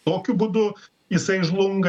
tokiu būdu jisai žlunga